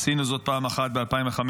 עשינו זאת פעם אחת ב-2005,